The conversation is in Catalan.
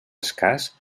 escàs